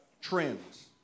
trends